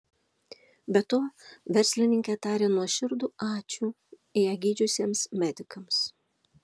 be to verslininkė taria nuoširdų ačiū ją gydžiusiems medikams